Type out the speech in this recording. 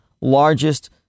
largest